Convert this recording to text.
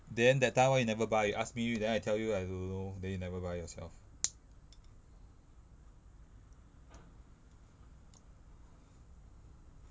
then that time why you never buy you ask me then I tell you I don't know then you never buy yourself